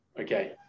Okay